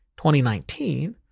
2019